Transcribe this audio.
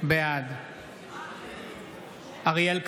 בעד אריאל קלנר,